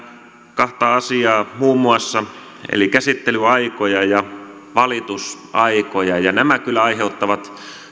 kahta asiaa muun muassa eli käsittelyaikoja ja valitusaikoja nämä kyllä aiheuttavat